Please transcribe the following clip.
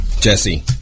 Jesse